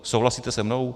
Souhlasíte se mnou?